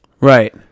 Right